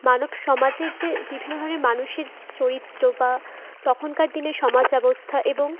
মানব সমাজের যে বিভিন্ন ধরনের মানুষের যে চরিত্র বা তখনকার দিনে সমাজব্যবস্থা এবং